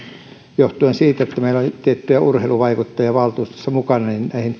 johtuen siitä että meillä oli tiettyjä urheiluvaikuttajia valtuustossa mukana